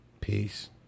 peace